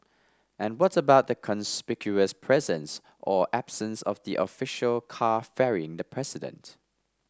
and what about the conspicuous presence or absence of the official car ferrying the president